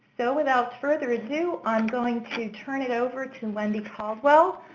so without further ado, i'm going to turn it over to wendy caldwell,